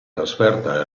trasferta